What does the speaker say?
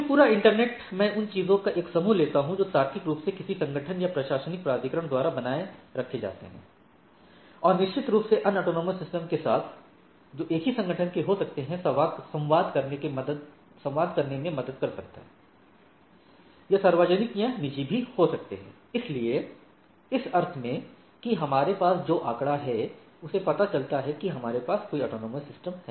यह पूरा इंटरनेट मैं उन चीजों का एक समूह लेता हूं जो तार्किक रूप से किसी संगठन या प्रशासनिक प्राधिकरण द्वारा बनाए रखे जाते है और यह निश्चित रूप से अन्य ऑटॉनमस सिस्टम के साथ जो एक ही संगठन के हो सकते हैं संवाद करने में मदद कर सकता है यह सार्वजनिक या निजी भी हो सकते हैं इसलिए इस अर्थ में कि हमारे पास जो आंकड़ा है उससे पता चलता है कि हमारे पास कई ऐसे ऑटॉनमस सिस्टम हैं